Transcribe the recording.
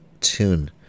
tune